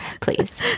please